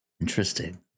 Interesting